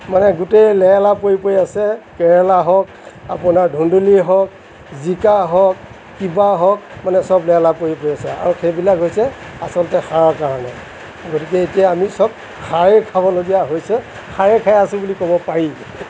মানে গোটেই লেৰেলা পৰি পৰি আছে কেৰেলা হওক আপোনাৰ ধুন্দুলীয়ে হওক জিকা হওক কিবা হওক মানে চব লেৰেলা পৰি পৰি আছে আৰু সেইবিলাক হৈছে আচলতে সাৰৰ কাৰণে গতিকে এতিয়া আমি চব সাৰে খাবলগীয়া হৈছে সাৰেই খাই আছো বুলি ক'ব পাৰি